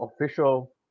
official